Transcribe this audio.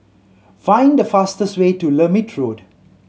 find the fastest way to Lermit Road